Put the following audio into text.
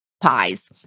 pies